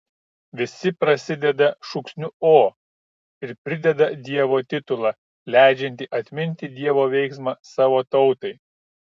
visi prasideda šūksniu o ir prideda dievo titulą leidžiantį atminti dievo veiksmą savo tautai